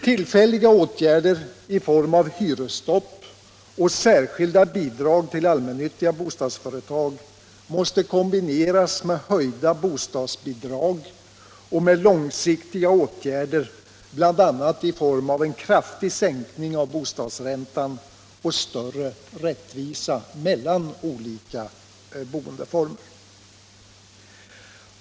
Tillfälliga åtgärder i form av hyresstopp och särskilda bidrag till allmännyttiga bostadsföretag måste kombineras med höjda bostadsbidrag och med långsiktiga åtgärder, bl.a. i form av en kraftig sänkning av bostadsräntan och större rättvisa mellan olika boendeformer.